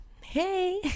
hey